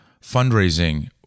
fundraising